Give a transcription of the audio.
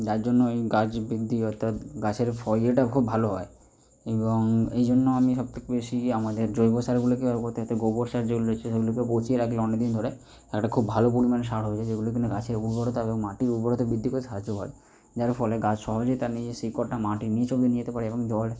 যার জন্য ওই গাছ বৃদ্ধি অর্থাৎ গাছের ফ ইয়েটা খুব ভালো হয় এবং এই জন্য আমি সবথেকে বেশি আমাদের জৈব সারগুলোকে আর ওপর থাকতে গোবর সার যেগুলো আছে ওগুলো পচিয়ে রাখি অনেক দিন ধরে আর এটা খুব ভালো পরিমাণে সার হয়ে যায় যেগুলো কি না গাছের উর্বরতা এবং মাটির উর্বরতা বৃদ্ধি করে সাহায্য করে যার ফলে গাছ সহজে তার নিজের শিকড়টা মাটির নীচ অব্দি নিয়ে যেতে পারে এবং জল